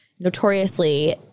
notoriously